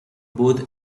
both